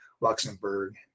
Luxembourg